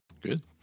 Good